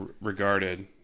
regarded